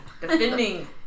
defending